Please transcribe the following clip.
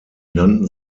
nannten